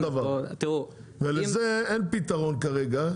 לזה אין פתרון כרגע.